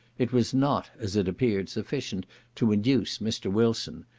it was not, as it appeared, sufficient to induce mr. wilson,